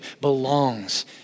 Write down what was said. belongs